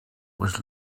was